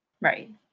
Right